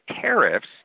tariffs